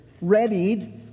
readied